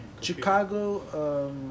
Chicago